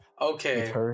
Okay